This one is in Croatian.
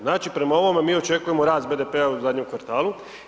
Znači, prema ovome mi očekujemo rast BDP-a u zadnjem kvartalu.